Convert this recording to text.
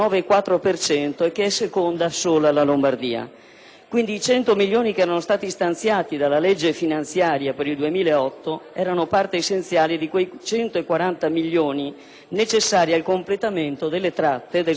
milioni di euro che erano stati stanziati dalla legge finanziaria per il 2008 erano parte essenziale di quei 140 milioni di euro necessari al completamento delle tratte del sistema metropolitano ancora non finanziate: